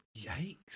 Yikes